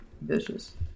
vicious